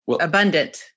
abundant